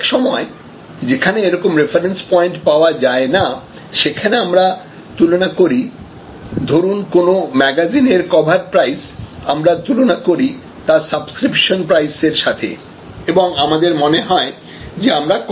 অনেক সময় যেখানে এরকম রেফারেন্স পয়েন্ট পাওয়া যায় না সেখানে আমরা তুলনা করি ধরুন কোনো ম্যাগাজিনের কভার প্রাইস আমরা তুলনা করি তার সাবস্ক্রিপশন প্রাইস এর সাথে এবং আমাদের মনে হয় যে আমরা কম প্রাইসে পাচ্ছি